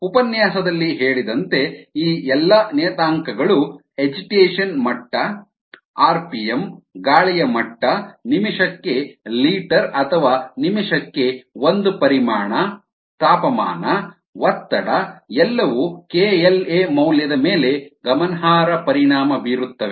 ಉಪನ್ಯಾಸದಲ್ಲಿ ಹೇಳಿದಂತೆ ಈ ಎಲ್ಲಾ ನಿಯತಾಂಕಗಳು ಅಜಿಟೇಷನ್ ಮಟ್ಟ ಆರ್ಪಿಎಂ ಗಾಳಿಯ ಮಟ್ಟ ನಿಮಿಷಕ್ಕೆ ಲೀಟರ್ ಅಥವಾ ನಿಮಿಷಕ್ಕೆ ಒಂದು ಪರಿಮಾಣ ತಾಪಮಾನ ಒತ್ತಡ ಎಲ್ಲವೂ kLa ಮೌಲ್ಯದ ಮೇಲೆ ಗಮನಾರ್ಹ ಪರಿಣಾಮ ಬೀರುತ್ತವೆ